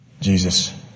Jesus